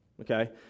okay